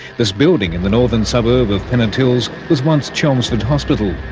this building in the northern suburb of pennant hills was once chelmsford hospital,